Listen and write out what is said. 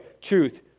Truth